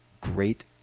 great